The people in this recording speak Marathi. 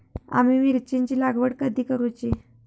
आम्ही मिरचेंची लागवड कधी करूची?